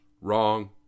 wrong